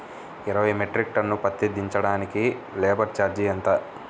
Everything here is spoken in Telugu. ఇరవై మెట్రిక్ టన్ను పత్తి దించటానికి లేబర్ ఛార్జీ ఎంత?